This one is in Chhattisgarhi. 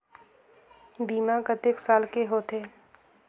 बीमा कतेक साल के होथे?